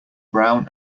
brown